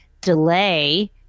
delay